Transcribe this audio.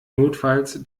notfalls